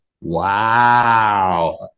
wow